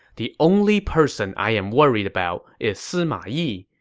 the only person i'm worried about is sima yi.